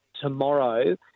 tomorrow